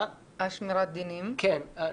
כן,